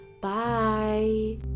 bye